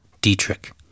Dietrich